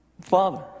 Father